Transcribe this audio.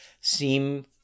seem